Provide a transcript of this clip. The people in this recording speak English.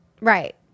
Right